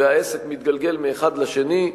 והעסק מתגלגל מאחד לשני,